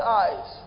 eyes